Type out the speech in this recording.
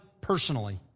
personally